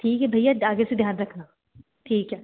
ठीक है भैया आगे से ध्यान रखना ठीक है